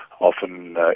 often